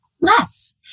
less